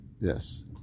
yes